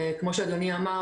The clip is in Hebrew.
כפי שאדוני אמר,